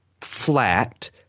flat